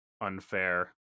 unfair